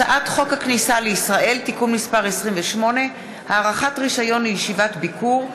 הצעת חוק הכניסה לישראל (תיקון מס' 28) (הארכת רישיון לישיבת ביקור),